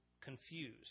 confused